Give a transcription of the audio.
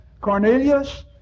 Cornelius